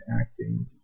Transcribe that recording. acting